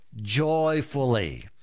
joyfully